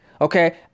Okay